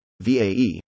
VAE